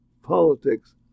Politics